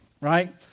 right